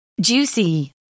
juicy